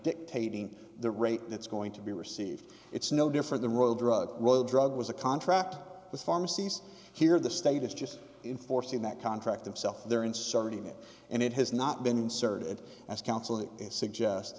dictating the rate that's going to be received it's no different than road drug drug was a contract with pharmacies here the state is just enforcing that contract himself they're inserting it and it has not been inserted as counsel to suggest